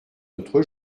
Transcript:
notre